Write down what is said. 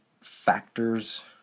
factors